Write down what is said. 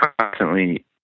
constantly